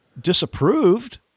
disapproved